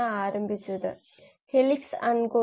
ഇത് ഒരു കർക്കശമായ നോഡ് അല്ലെങ്കിൽ വഴക്കമുള്ള നോഡ് ആകാം